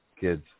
kids